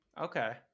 okay